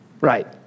Right